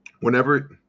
whenever